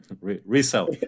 resell